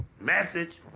Message